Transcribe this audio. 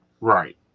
Right